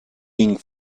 pink